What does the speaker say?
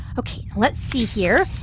ok. let's see here.